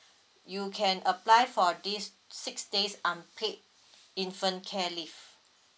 you can apply for this six days unpaid infant care leave